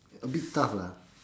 a bit tough lah